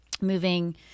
moving